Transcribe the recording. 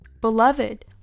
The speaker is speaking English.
Beloved